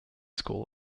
school